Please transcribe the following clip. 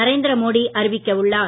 நரேந்திரமோடி அறிவிக்க உள்ளார்